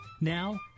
Now